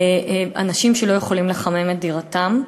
אנשים שלא יכולים לחמם את דירתם.